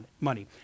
money